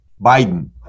Biden